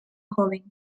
joven